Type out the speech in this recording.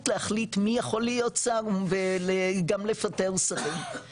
להחליט מי יכול להיות שר וגם לפטר שרים,